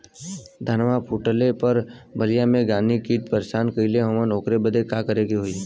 धनवा फूटले पर बलिया में गान्ही कीट परेशान कइले हवन ओकरे बदे का करे होई?